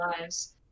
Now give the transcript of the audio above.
lives